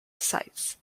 sites